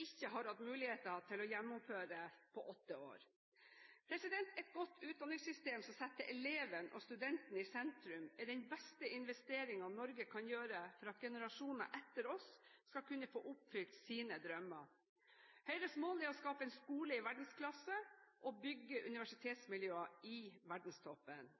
ikke har hatt muligheten til å gjennomføre på åtte år. Et godt utdanningssystem som setter eleven og studenten i sentrum, er den beste investeringen Norge kan gjøre for at generasjoner etter oss skal kunne få oppfylt sine drømmer. Høyres mål er å skape en skole i verdensklasse og bygge universitetsmiljøer i verdenstoppen,